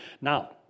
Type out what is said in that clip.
Now